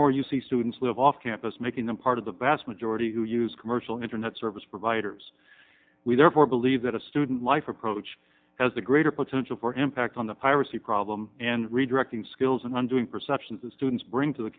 see students live off campus making them part of the vast majority who use commercial internet service providers we therefore believe that a student life approach has a greater potential for impact on the piracy problem and redirecting skills and one doing perceptions of students bring to the